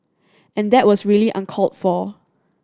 and that was really uncalled for